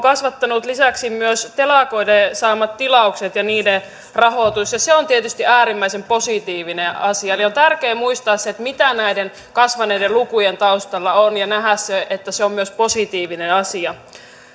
kasvattaneet lisäksi myös telakoiden saamat tilaukset ja niiden rahoitus ja se on tietysti äärimmäisen positiivinen asia eli on tärkeää muistaa se mitä näiden kasvaneiden lukujen taustalla on ja nähdä se että se on myös positiivinen asia